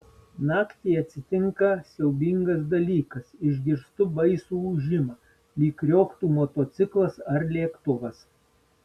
naktį atsitinka siaubingas dalykas išgirstu baisų ūžimą lyg krioktų motociklas ar lėktuvas